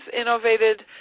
innovated